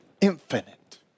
infinite